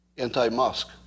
Anti-musk